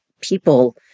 people